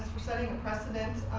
setting a precedence.